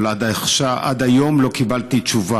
אבל עד היום לא קיבלתי תשובה: